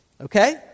okay